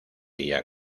día